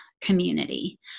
community